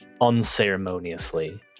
unceremoniously